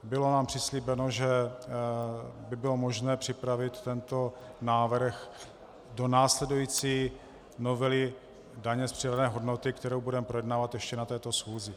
Bylo nám přislíbeno, že by bylo možné připravit tento návrh do následující novely daně z přidané hodnoty, kterou budeme projednávat ještě na této schůzi.